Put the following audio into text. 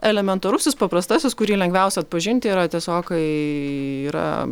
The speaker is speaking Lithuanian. elementarusis paprastasis kurį lengviausia atpažinti yra tiesiog kai yra